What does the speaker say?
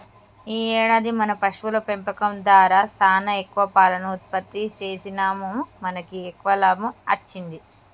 ఈ ఏడాది మన పశువుల పెంపకం దారా సానా ఎక్కువ పాలను ఉత్పత్తి సేసినాముమనకి ఎక్కువ లాభం అచ్చింది